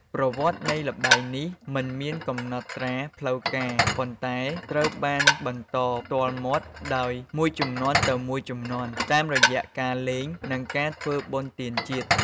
ប្រវត្តិនៃល្បែងនេះមិនមានកំណត់ត្រាផ្លូវការប៉ុន្តែត្រូវបានបន្តផ្ទាល់មាត់ដោយមួយជំនាន់ទៅមួយជំនាន់ តាមរយៈការលេង និងការធ្វើបុណ្យទានជាតិ។